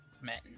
men